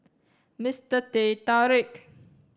Mister Teh Tarik